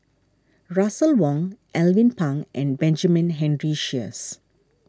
Russel Wong Alvin Pang and Benjamin Henry Sheares